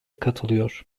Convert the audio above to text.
katılıyor